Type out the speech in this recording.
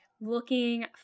looking